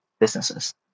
businesses